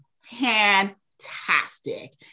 fantastic